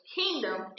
kingdom